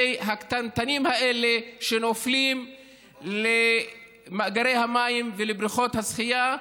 הקטנטנים האלה שנופלים למאגרי המים ולבריכות השחייה.